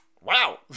wow